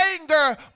anger